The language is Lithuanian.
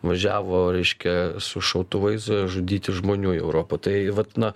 važiavo reiškia su šautuvais žudyti žmonių į europą tai vat na